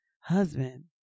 Husband